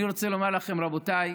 אני רוצה לומר לכם, רבותיי,